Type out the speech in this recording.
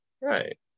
Right